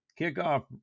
kickoff